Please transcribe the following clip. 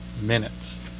minutes